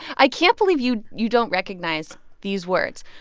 i can't believe you you don't recognize these words.